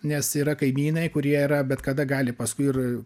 nes yra kaimynai kurie yra bet kada gali paskui ir